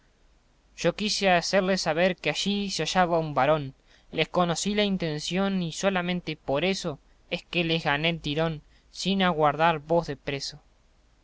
yo quise hacerles saber que allí se hallaba un varón les conocí la intención y solamente por eso es que les gané el tirón sin aguardar voz de preso